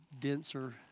denser